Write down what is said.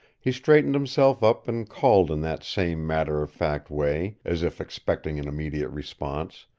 he straightened himself up and called in that same matter-of-fact way, as if expecting an immediate response,